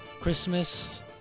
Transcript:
Christmas